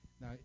Now